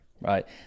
right